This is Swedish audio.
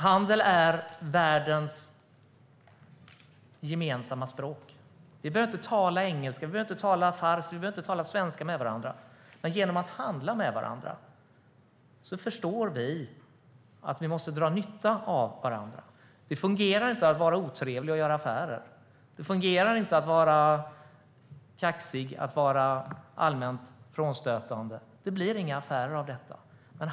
Handel är världens gemensamma språk. Vi behöver inte tala engelska, farsi eller svenska med varandra. Genom att handla med varandra förstår vi att vi måste dra nytta av varandra. Det fungerar inte att vara otrevlig, kaxig och allmänt frånstötande om man vill göra affärer. Det blir inga affärer av detta.